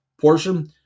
portion